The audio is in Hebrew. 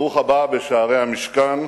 ברוך הבא בשערי המשכן,